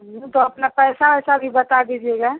नहीं तो अपना पैसा ओएसा भी बता दीजिएगा